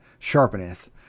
sharpeneth